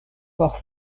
por